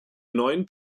neun